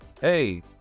Hey